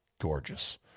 gorgeous